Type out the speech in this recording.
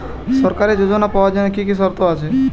সরকারী যোজনা পাওয়ার জন্য কি কি শর্ত আছে?